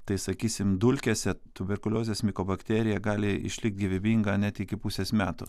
tai sakysim dulkėse tuberkuliozės mikobakterija gali išlikt gyvybinga net iki pusės metų